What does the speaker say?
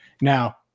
Now